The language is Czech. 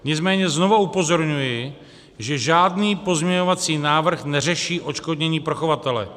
Nicméně znovu upozorňuji, že žádný pozměňovací návrh neřeší odškodnění pro chovatele.